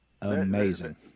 Amazing